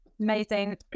Amazing